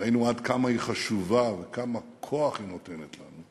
ראינו עד כמה היא חשובה וכמה כוח היא נותנת לנו,